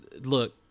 look